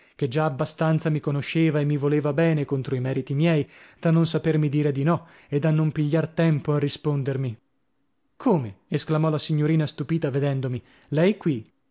che già abbastanza mi conosceva e mi voleva bene contro i meriti miei da non sapermi dire di no e da non pigliar tempo a rispondermi come esclamò la signorina stupita vedendomi lei qui